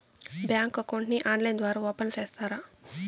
Bank account ని online ద్వారా open సేస్తారా?